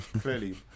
Clearly